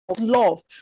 love